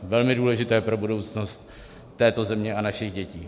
Velmi důležité pro budoucnost této země a našich dětí.